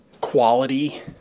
quality